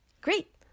Great